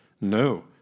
no